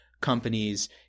companies